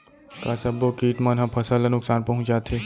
का सब्बो किट मन ह फसल ला नुकसान पहुंचाथे?